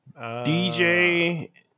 DJ